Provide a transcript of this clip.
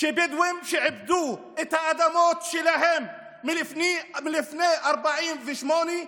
שבדואים שעיבדו את האדמות שלהם לפני 1948,